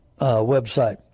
website